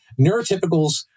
neurotypicals